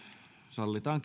sallitaan